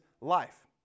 life